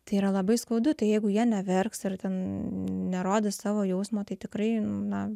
tai yra labai skaudu tai jeigu jie neverks ar ten nerodys savo jausmo tai tikrai na